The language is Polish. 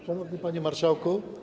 Szanowny Panie Marszałku!